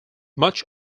much